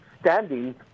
standing